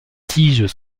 tiges